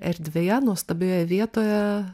erdvėje nuostabioje vietoje